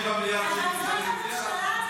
7 מיליארד שקל.